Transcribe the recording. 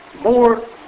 more